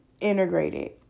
integrated